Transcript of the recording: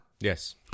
Yes